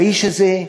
האיש הזה,